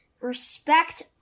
respect